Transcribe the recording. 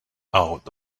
out